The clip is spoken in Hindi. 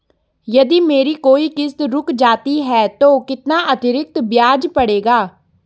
यदि मेरी कोई किश्त रुक जाती है तो कितना अतरिक्त ब्याज पड़ेगा?